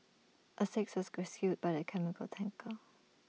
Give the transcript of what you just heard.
A sixth was rescued by the chemical tanker